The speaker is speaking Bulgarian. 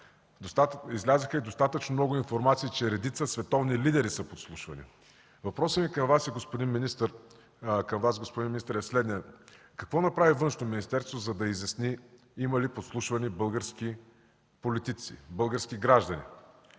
Излязоха и достатъчно информации, че редица световни лидери са подслушвани. Въпросът към Вас, господин министър, е следният: какво направи Външно министерство, за да изясни има ли подслушвани български политици, български граждани?